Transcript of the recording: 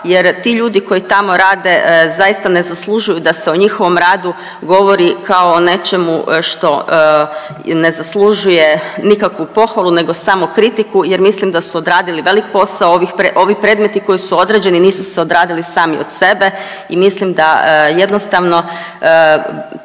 jer ti ljudi koji tamo rade zaista ne zaslužuju da se o njihovom radu govori kao o nečemu što ne zaslužuje nikakvu pohvalu nego samo kritiku jer mislim da su odradili velik posao. Ovi predmeti koji su odrađeni nisu se odradili sami od sebe i mislim da jednostavno